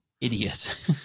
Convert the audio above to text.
idiot